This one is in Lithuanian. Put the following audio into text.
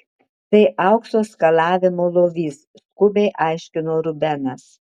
tai aukso skalavimo lovys skubiai aiškino rubenas